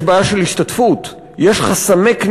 יש בעיה של השתתפות.